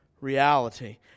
reality